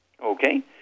Okay